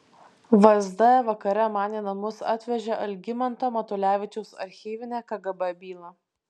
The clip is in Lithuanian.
vsd vakare man į namus atvežė algimanto matulevičiaus archyvinę kgb bylą